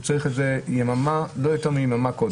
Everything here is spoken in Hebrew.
בגלל שהוא צריך את זה לא יותר מיממה קודם.